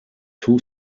two